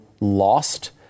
lost